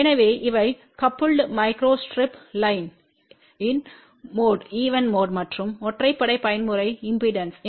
எனவே இவை coupled microstrip line even mode மற்றும் ஒற்றைப்படை பயன்முறை இம்பெடன்ஸ்கள்